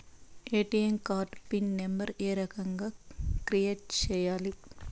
ATM card pin number ఏ రకంగా create సేయాలి